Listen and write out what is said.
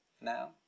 now